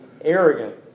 arrogant